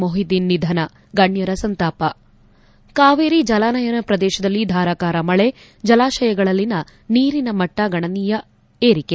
ಮೊಹಿದೀನ್ ನಿಧನ ಗಣ್ಣರ ಸಂತಾಪ ಕಾವೇರಿ ಜಲಾನಯನ ಪ್ರದೇಶದಲ್ಲಿ ಧಾರಾಕಾರ ಮಳೆ ಜಲಾಶಯಗಳ ನೀರಿನ ಮಟ್ಟ ಗಣನೀಯ ಏರಿಕೆ